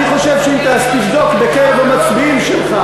אני חושב שאם תבדוק בקרב המצביעים שלך